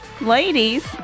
ladies